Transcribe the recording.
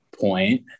point